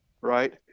right